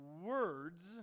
words